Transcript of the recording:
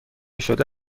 شده